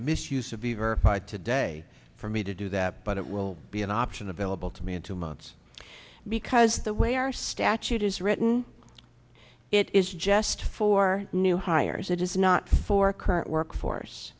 misuse of the verified today for me to do that but it will be an option available to me in two months because the way our statute is written it is just for new hires it is not for current work force